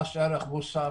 מס ערך מוסף,